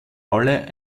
rollen